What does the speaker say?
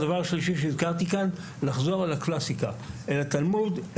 הדבר השלישי שעדכנתי כאן הוא לחזור על הקלאסיקה: אל התלמוד;